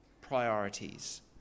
priorities